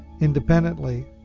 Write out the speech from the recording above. Independently